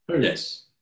Yes